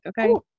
okay